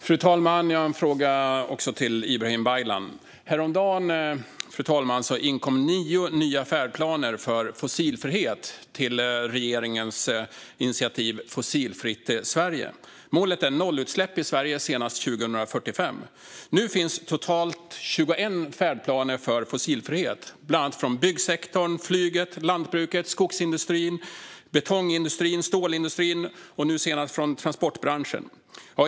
Fru talman! Jag har också en fråga till Ibrahim Baylan. Häromdagen inkom nio nya färdplaner för fossilfrihet till regeringens initiativ Fossilfritt Sverige. Målet är nollutsläpp i Sverige senast 2045. Nu finns totalt 21 färdplaner för fossilfrihet, bland annat från byggsektorn, flyget, lantbruket, skogsindustrin, betongindustrin, stålindustrin och nu senast från transportbranschen.